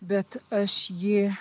bet aš jį